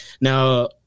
Now